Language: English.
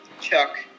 Chuck